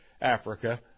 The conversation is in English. Africa